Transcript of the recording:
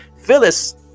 Phyllis